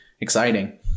exciting